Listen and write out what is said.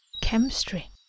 Chemistry